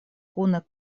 kune